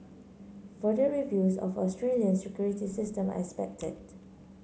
further reviews of Australia's security system are expected